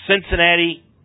Cincinnati